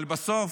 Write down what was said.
אבל בסוף,